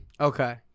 Okay